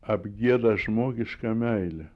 apgieda žmogišką meilę